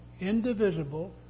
indivisible